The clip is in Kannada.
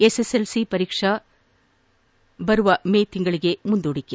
ಎಸ್ಎಸ್ಎಲ್ಸಿ ವಾರ್ಷಿಕ ಪರೀಕ್ಷೆ ಬರುವ ಮೇ ತಿಂಗಳಿಗೆ ಮುಂದೂಡಿಕೆ